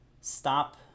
stop